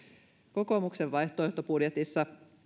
kokoomuksen vaihtoehtobudjetissa